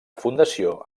fundació